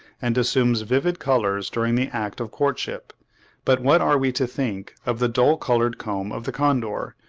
and assumes vivid colours during the act of courtship but what are we to think of the dull-coloured comb of the condor,